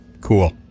Cool